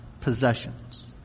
possessions